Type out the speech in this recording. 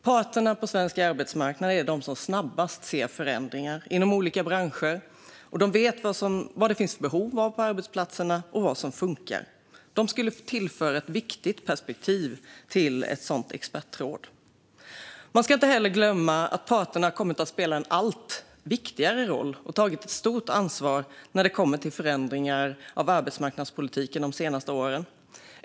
Parterna på svensk arbetsmarknad är de som snabbast ser förändringar inom olika branscher, och de vet vad det finns behov av på arbetsplatserna och vad som funkar. De skulle tillföra ett viktigt perspektiv i ett sådant expertråd. Man ska inte heller glömma att parterna har kommit att spela en allt viktigare roll och tagit ett stort ansvar när det gäller förändringar av arbetsmarknadspolitiken de senaste åren.